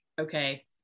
okay